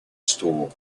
store